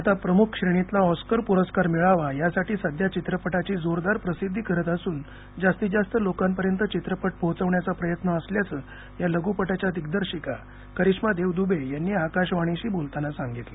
आता प्रमुख श्रेणीतला ऑस्कर पुरस्कार मिळावा यासाठी सध्या चित्रपटाची जोरदार प्रसिद्धी करत असून जास्तीत जास्त लोकांपर्यंत चित्रपट पोहचवण्याचा प्रयत्न असल्याचं या लघुपटाच्या दिग्दर्शिका करिश्मा देव दुबे यांनी आकाशवाणीशी बोलताना सांगितलं